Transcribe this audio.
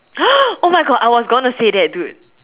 oh my God I was gonna say that dude